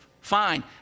Fine